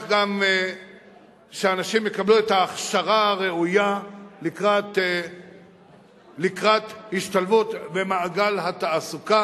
הצעת החוק מבקשת גם להקים ועדת שירות אזרחי,